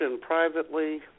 privately